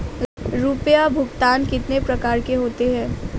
रुपया भुगतान कितनी प्रकार के होते हैं?